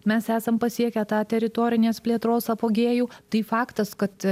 mes esam pasiekę tą teritorinės plėtros apogėjų tai faktas kad